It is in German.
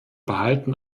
behalten